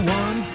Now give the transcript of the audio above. one